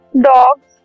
dogs